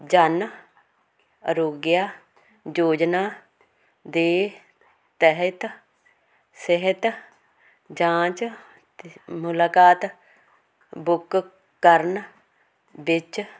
ਜਨ ਅਰੋਗਿਆ ਯੋਜਨਾ ਦੇ ਤਹਿਤ ਸਿਹਤ ਜਾਂਚ ਮੁਲਾਕਾਤ ਬੁੱਕ ਕਰਨ ਵਿੱਚ